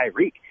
Tyreek